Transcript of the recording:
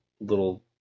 little